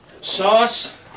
Sauce